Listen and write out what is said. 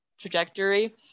trajectory